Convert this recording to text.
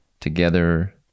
together